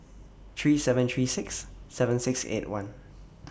three seven three six seven six eight one